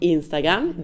Instagram